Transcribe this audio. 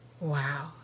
Wow